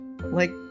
Like-